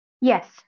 yes